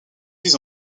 six